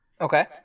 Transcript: Okay